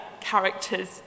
characters